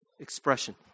expression